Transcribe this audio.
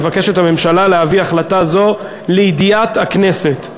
הממשלה מבקשת להביא החלטה זו לידיעת הכנסת.